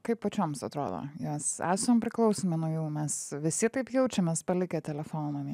kaip pačioms atrodo mes esam priklausomi nuo jų mes visi taip jaučiamės palikę telefoną